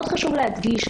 חשוב להדגיש,